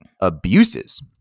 abuses